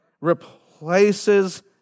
replaces